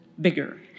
bigger